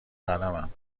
قلمم